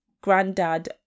granddad